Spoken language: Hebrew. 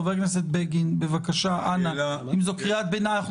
חבר הכנסת בגין, בבקשה, אנא, אם זו קריאת ביניים.